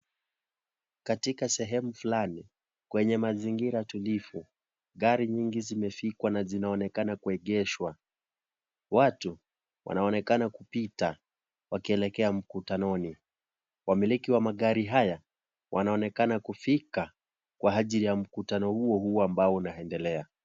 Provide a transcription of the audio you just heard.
Katika sehemu fulani, kwenye mazingira tulivu gari nyingi zimefikwa na zinaonekana kuegeshwa, watu, wanaonekana kupita wakielekea mkutanoni, wamiliki wa magari haya wanaonekana kufika kwa ajili ya mkutano huohuo ambao unaendelea.